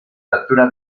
fractura